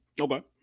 okay